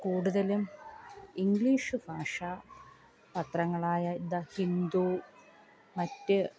കൂടുതലും ഇംഗ്ലീഷ് ഭാഷാപത്രങ്ങളായ ദ ഹിന്ദൂ മറ്റ്